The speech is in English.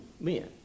men